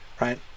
right